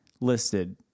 listed